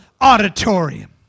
auditorium